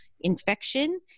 infection